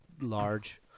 large